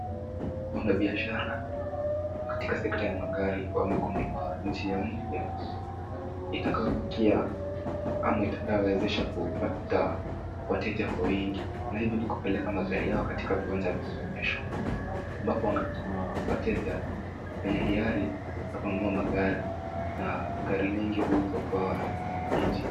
Wanabiashara katika sekta ya magari wamegundua njia mpya itakayofikia ama itakayowezesha kupata wateja kwa wingi. Na hivi ni kupeleka magari yao katika uwanja wa maonyesho ambapo wanapata wateja wenye hiari ya kununua magari na magari mengi huuzwa kwa njia hii.